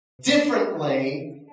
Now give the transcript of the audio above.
differently